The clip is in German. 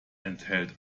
enthält